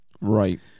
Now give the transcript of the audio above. Right